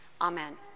Amen